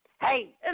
Hey